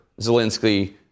Zelensky